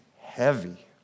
heavy